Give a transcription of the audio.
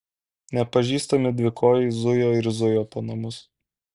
nepažįstami dvikojai zujo ir zujo po namus